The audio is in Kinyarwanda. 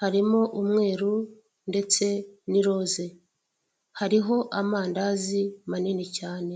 harimo umweru ndetse n'iroze hariho amandazi manini cyane.